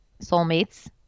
soulmates